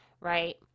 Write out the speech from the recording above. Right